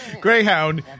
Greyhound